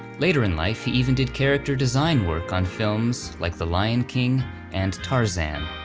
later in life he even did character design work on films like the lion king and tarzan.